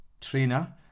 trainer